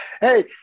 Hey